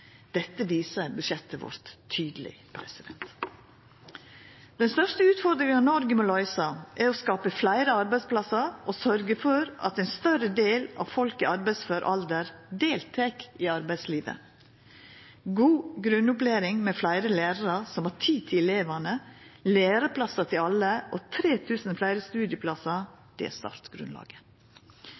Dette viser budsjettet vårt tydeleg. Den største utfordringa Noreg må løysa, er å skapa fleire arbeidsplassar og sørgja for at ein større del av folk i arbeidsfør alder deltek i arbeidslivet. God grunnopplæring med fleire lærarar som har tid til elevane, læreplassar til alle og 3 000 fleire studieplassar er